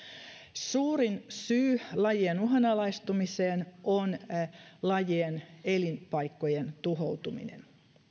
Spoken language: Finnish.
suurin syy lajien uhanalaistumiseen on lajien elinpaikkojen tuhoutuminen